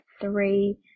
three